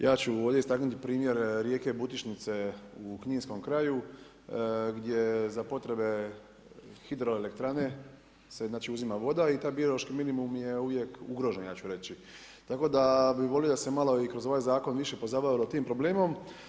Ja ću ovdje istaknuti primjer rijeke Butičnice u Kninskom kraju, gdje je za potrebe hidroelektrane, se znači uzima voda i taj biološki minimum je uvijek ugrožen, ja ću reći tako da bi volio da se malo i kroz ovaj zakon više pozabavilo tim problemom.